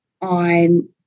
on